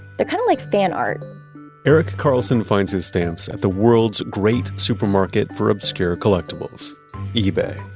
they're kind of like fan art eric carlson finds his stamps at the world's great supermarket for obscure collectibles ebay.